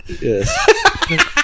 Yes